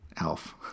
Elf